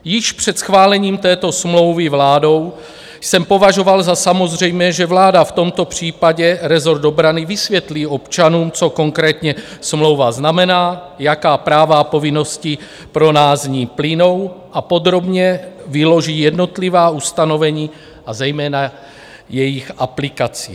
Již před schválením této smlouvy vládou jsem považoval za samozřejmé, že vláda, v tomto případě rezort obrany, vysvětlí občanům, co konkrétně smlouva znamená, jaká práva a povinnosti pro nás z ní plynou, a podrobně vyloží jednotlivá ustanovení a zejména jejich aplikaci.